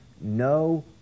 no